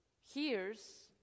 hears